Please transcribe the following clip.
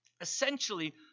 Essentially